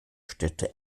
städte